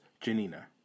Janina